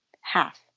Half